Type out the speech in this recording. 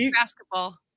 basketball